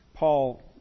Paul